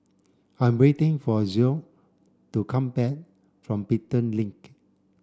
I'm waiting for Zoe to come back from Pelton Link